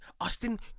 Austin